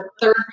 third